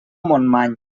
montmany